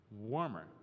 warmer